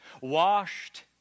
washed